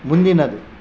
ಮುಂದಿನದು